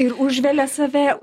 ir užvelia save